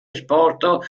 esposto